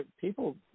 people